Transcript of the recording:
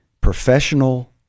professional